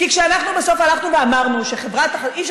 כי כשאנחנו בסוף הלכנו ואמרנו שאי-אפשר